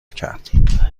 کرد